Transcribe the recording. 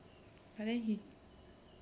and then he